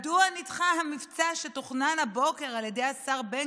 מדוע נדחה המבצע שתוכנן הבוקר על ידי השר בן